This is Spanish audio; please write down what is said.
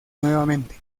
nuevamente